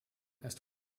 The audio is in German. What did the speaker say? ist